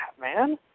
man